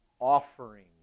offering